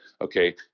okay